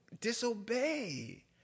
disobey